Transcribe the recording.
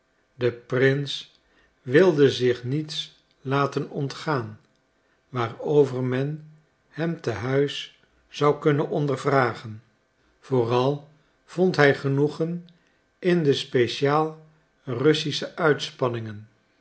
de prins wilde zich niets laten ontgaan waarover men hem te huis zou kunnen ondervragen vooral vond hij genoegen in de speciaal russische uitspanningen